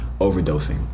Overdosing